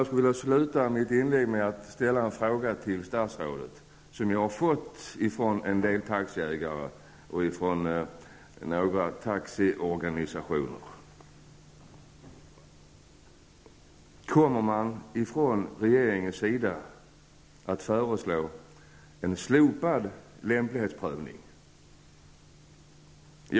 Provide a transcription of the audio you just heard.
Jag skulle vilja sluta mitt inlägg med att ställa en fråga till statsrådet som jag har fått från en del taxiägare och från några taxiorganisationer: Kommer regeringen att föreslå att lämplighetsprövningen slopas?